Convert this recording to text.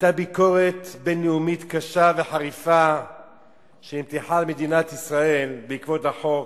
היתה ביקורת בין-לאומית קשה וחריפה על מדינת ישראל בעקבות החוק.